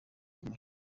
muhire